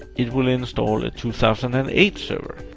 it will install a two thousand and eight server.